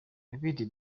equity